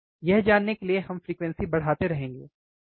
यह जानने के लिए कि हम फ्रीक्वेंसी बढ़ाते रहेंगे है ना